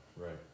Right